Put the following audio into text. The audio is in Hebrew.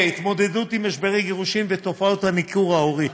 התמודדות עם משברי גירושין ותופעת הניכור ההורי,